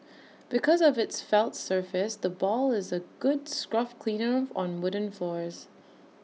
because of its felt surface the ball is A good scruff cleaner on wooden floors